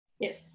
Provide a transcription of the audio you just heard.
Yes